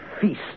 feast